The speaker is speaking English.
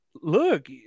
look